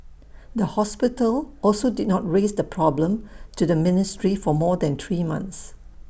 the hospital also did not raise the problem to the ministry for more than three months